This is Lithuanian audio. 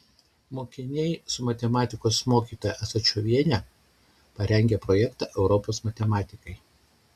mokiniai su matematikos mokytoja asačioviene parengė projektą europos matematikai